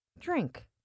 drink